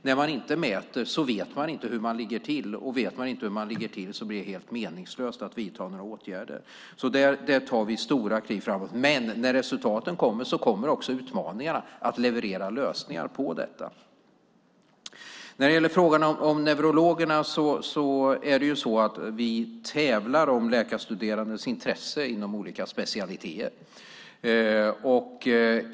När man inte mäter vet man inte hur man ligger till, och vet man inte hur man ligger till blir det helt meningslöst att vidta några åtgärder. Där tar vi stora kliv framåt. Men när resultaten kommer så kommer också utmaningarna att leverera lösningarna. När det gäller neurologerna tävlar vi om läkarstuderandes intresse inom olika specialiteter.